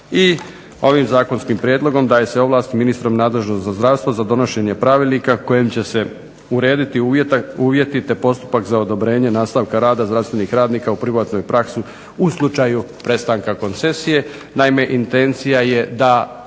I ovim zakonskim prijedlogom daje se ovlast ministru nadležnom za zdravstvo za donošenje pravilnika kojim će se urediti uvjeti te postupak za odobrenje nastavka rada zdravstvenih radnika u privatnoj praksi u slučaju prestanka koncesije.